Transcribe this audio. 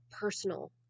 personal